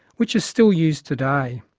which are still used today.